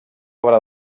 obra